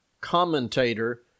commentator